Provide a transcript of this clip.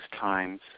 times